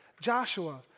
Joshua